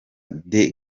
the